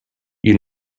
you